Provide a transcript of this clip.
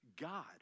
God